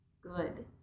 good